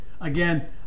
again